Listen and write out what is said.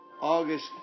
august